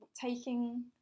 taking